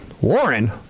Warren